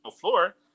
floor